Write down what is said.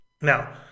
now